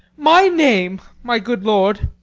my name, my good lord,